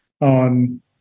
on